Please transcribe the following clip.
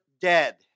dead